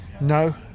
no